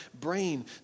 brain